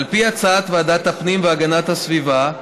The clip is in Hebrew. על פי הצעת ועדת הפנים והגנת הסביבה,